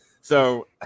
So-